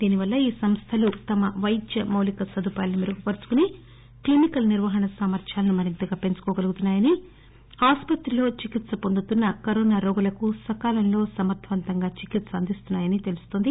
దీనివల్ల ఈ సంస్థలు తమ వైద్య మౌలిక సదుపాయాలను మెరుగుపరుచుకుని క్లినికల్ నిర్వహణ సామర్థ్యాలను మరింతగా పెంచుకోగలుగుతున్నాయని ఆస్సత్రిలో చికిత్స పొందుతున్న కరువు రోగులకు సకాలంలో సమర్థవంతంగా చికిత్ప అందిస్తున్నా యని తెలుస్తోంది